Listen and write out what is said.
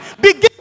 begin